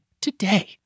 today